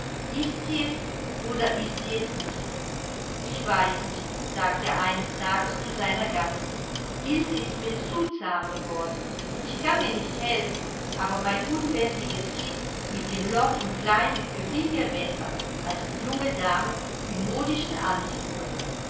ist sie es oder ist sie es nicht ich weiß nicht sagte er eines tages zu seiner gattin ilse ist mir zu zahm geworden ich kann mir nicht helfen aber mein unbändiges kind mit dem loch im kleide gefiel mir besser als die junge dame im modischen anzuge